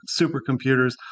supercomputers